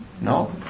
No